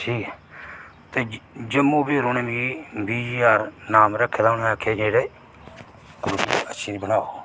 ठीक ऐ ते जम्मू बी फिर उंहे मी बीह् ज्हार नाम रक्खे दा हा उनें आखेआ कि रुट्टी अच्छी बनाओ